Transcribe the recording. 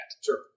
Sure